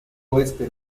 oeste